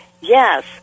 Yes